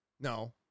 No